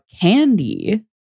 candy